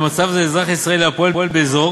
במצב זה אזרח ישראלי הפועל באזור